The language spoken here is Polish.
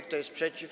Kto jest przeciw?